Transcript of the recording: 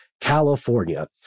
California